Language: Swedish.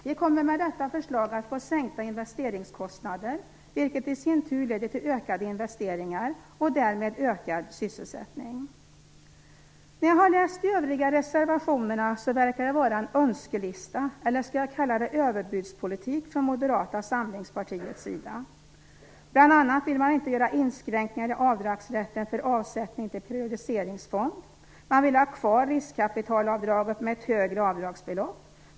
De kommer med detta förslag att få sänkta investeringskostnader, vilket i sin tur leder till ökade investeringar och därmed ökad sysselsättning. När jag har läst de övriga reservationerna har jag fått intrycket av en önskelista, eller skall jag kalla det överbudspolitik, från Moderata samlingspartiets sida. Bl.a. vill man inte göra inskränkningar i avdragsrätten för avsättning till periodiseringsfond. Man vill ha kvar riskkapitalavdraget med ett högre avdragsbelopp.